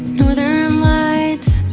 northern lights